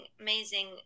amazing